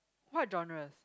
what genres